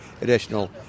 additional